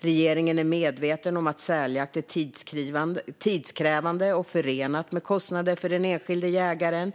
Regeringen är medveten om att säljakt är tidskrävande och förenat med kostnader för den enskilde jägaren.